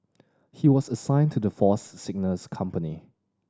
he was assigned to the Force's Signals company